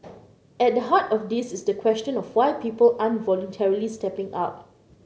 at the heart of this is the question of why people aren't voluntarily stepping up